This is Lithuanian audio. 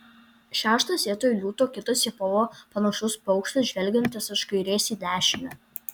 šeštas vietoj liūto kitas į povą panašus paukštis žvelgiantis iš kairės į dešinę